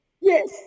Yes